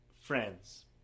Friends